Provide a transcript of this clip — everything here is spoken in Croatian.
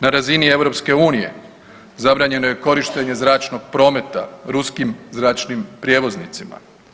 Na razini EU zabranjeno je korištenje zračnog prometa ruskim zračnim prijevoznicima.